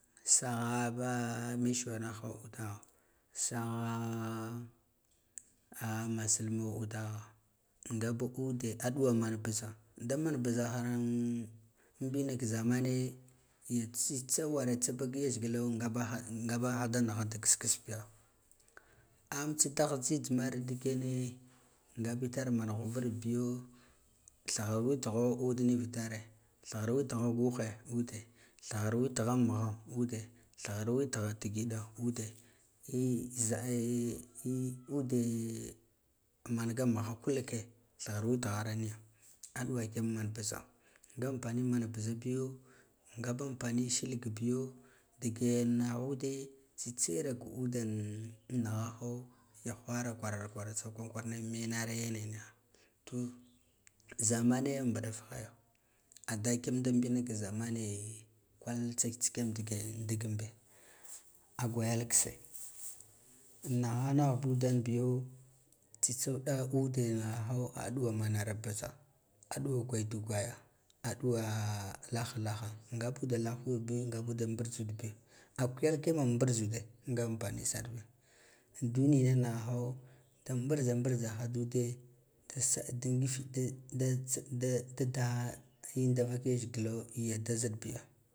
Sagha ba mesuwenaho sagha udaha masalma uda ngaba ude aduwa man buza daman buzakah mbina ka zamane tsitsa ware tsa vak yazgilo ngabaha da nigha dik kiss kiss biya am tsidah jhijh mar ndi kene ngaba itar mana ghovar bigo thghar witi gho ude rivitare thighar witigho guhe ube rivitare thighar witigho guhe ube thigir witaghan mugho ude thigar utigha ti gida ude eh za eh ude amanga mugha kulike thighar witigharaniya aduwa kigam man bbuza nga anpani man buzaghgo ngaba anpa ni shilg bigo digen naghude tsitsa ira ka ude an nighaho ya whara menare ina niha to zamane mbuɗfeya da kiyam da mbinaka zamane kwal tsak tsikiya ndige mbe a gwa yal kisse amagha naghba udan bigo tsitsa uda uden naho aduwa manara buza aduwa gwaidu gwaya aduwa laha laha nga bude lah uobi nga bud mburzan ud bi a kayal kiyen mburz ida nga anpani sar biya an dunina nigha ho dan mburza mduzaha da ude dadd da in da vak yazgilo yan da zaɗ biya